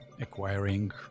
acquiring